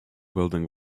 building